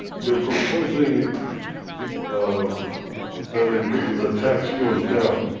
you're proposing um that ah the tax goes down,